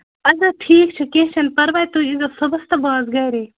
اَدٕ حظ ٹھیک چھُ کیٚنٛہہ چھُنہٕ پرواے تُہۍ یِیٖزیٚو صُبحس تہٕ بہٕ آسہٕ گَرے